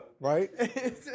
right